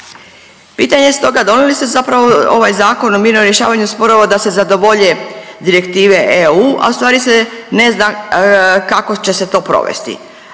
Pitanje je stoga donosi li se zapravo ovaj Zakon o mirnom rješavanju sporova da se zadovolje direktive EU, a u stvari se ne zna kako će se to provesti.